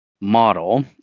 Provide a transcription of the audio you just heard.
model